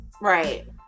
Right